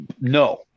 no